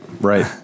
right